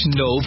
no